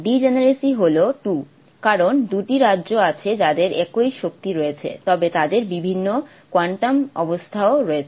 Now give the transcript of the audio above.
degeneracy হল 2 কারণ দুটি রাজ্য আছে যাদের একই শক্তি রয়েছে তবে তাদের বিভিন্ন কোয়ান্টাম অবস্থাও রয়েছে